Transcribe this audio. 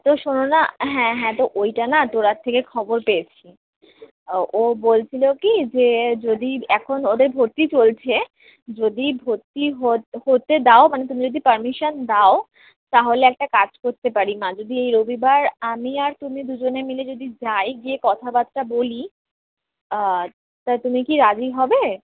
তো শোনো না হ্যাঁ হ্যাঁ তো ওইটা না তোড়ার থেকে খবর পেয়েছি ও ও বলছিলো কী যে যদি এখন ওদের ভর্তি চলছে যদি ভর্তি হতে দাও মানে তুমি যদি পারমিশন দাও তাহলে একটা কাজ করতে পারি মা যদি এই রবিবার আমি আর তুমি দুজনে মিলে যদি যাই গিয়ে কথাবার্তা বলি তা তুমি কি রাজি হবে